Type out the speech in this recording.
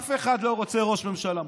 אף אחד לא ראש ממשלה מושחת.